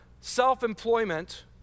self-employment